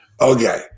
Okay